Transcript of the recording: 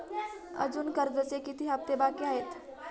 अजुन कर्जाचे किती हप्ते बाकी आहेत?